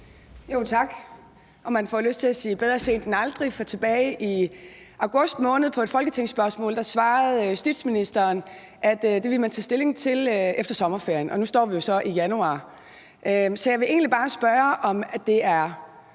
Tak. Man får jo lyst til at sige: Bedre sent end aldrig. Tilbage i august måned på et folketingsspørgsmål svarede justitsministeren, at det ville man tage stilling til efter sommerferien. Og nu står vi jo så i januar. Så jeg vil egentlig bare spørge, om det er,